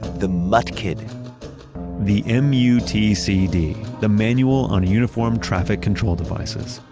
the mutcd the m u t c d, the manual on uniform traffic control devices,